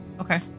Okay